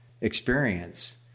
experience